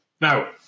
Now